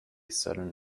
sudden